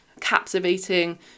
captivating